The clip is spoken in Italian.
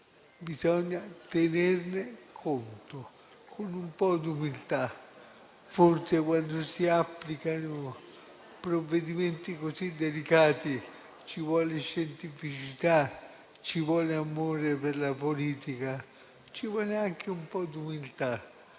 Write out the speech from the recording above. Bisogna tenerne conto, con un po' di umiltà. Forse, quando si applicano provvedimenti così delicati, ci vuole scientificità, ci vuole amore per la politica, ci vuole anche un po' di umiltà.